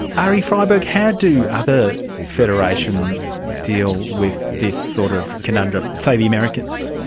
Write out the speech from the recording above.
arie freiberg, how do other federations deal with this sort of conundrum, say the americans?